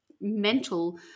mental